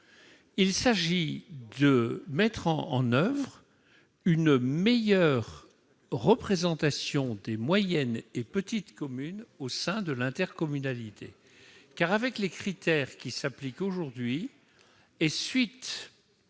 Il s'agit de mettre en oeuvre une meilleure représentation des moyennes et petites communes au sein des intercommunalités. Avec les critères qui s'appliquent aujourd'hui et à